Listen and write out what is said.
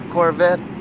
Corvette